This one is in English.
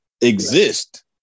exist